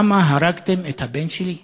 למה הרגתם את הבן שלי?